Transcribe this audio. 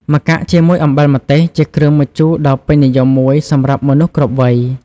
ម្កាក់ជាមួយអំបិលម្ទេសជាគ្រឿងម្ជូរដ៏ពេញនិយមមួយសម្រាប់មនុស្សគ្រប់វ័យ។